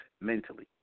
mentally